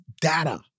data